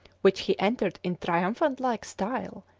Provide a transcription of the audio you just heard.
which he entered in triumphant-like style,